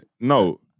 No